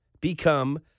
become